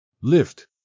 Lift